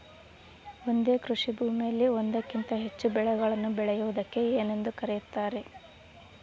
ಒಂದೇ ಕೃಷಿಭೂಮಿಯಲ್ಲಿ ಒಂದಕ್ಕಿಂತ ಹೆಚ್ಚು ಬೆಳೆಗಳನ್ನು ಬೆಳೆಯುವುದಕ್ಕೆ ಏನೆಂದು ಕರೆಯುತ್ತಾರೆ?